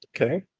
Okay